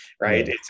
right